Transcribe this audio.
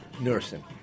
Nursing